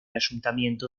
ayuntamiento